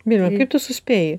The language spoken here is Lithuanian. vilma kaip tu suspėji